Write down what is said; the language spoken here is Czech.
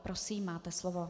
Prosím, máte slovo.